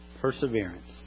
perseverance